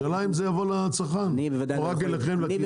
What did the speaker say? השאלה אם זה יבוא גם לצרכן או רק אליכם לכיס?